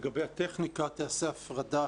לגבי הטכניקה, תיעשה הפרדה